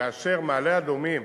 כאשר מעלה-אדומים